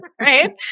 right